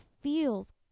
feels